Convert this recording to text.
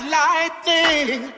lightning